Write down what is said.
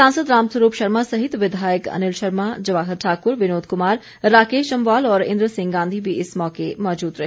सांसद राम स्वरूप शर्मा सहित विधायक अनिल शर्मा जवाहर ठाकुर विनोद कुमार राकेश जमवाल और इंद्र सिंह गांधी भी इस मौके मौजूद रहे